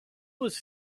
was